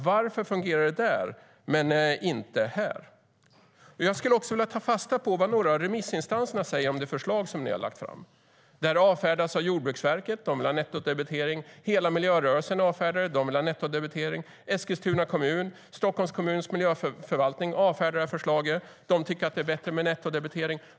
Varför fungerar det där men inte här? Låt mig också ta fasta på vad några av remissinstanserna säger om det förslag som ni har lagt fram. Det avfärdas av Jordbruksverket som vill ha nettodebitering. Hela miljörörelsen avfärdar det och vill ha nettodebitering. Eskilstuna kommun och Stockholms stads miljöförvaltning avfärdar förslaget och tycker att det är bättre med nettodebitering.